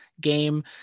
game